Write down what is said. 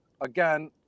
again